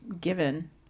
given